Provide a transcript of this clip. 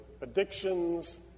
addictions